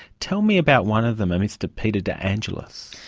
tell me about one of them, a mr peter de angelis.